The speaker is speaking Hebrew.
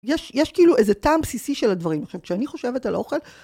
יש כאילו איזה טעם בסיסי של הדברים. עכשיו, כשאני חושבת על האוכל...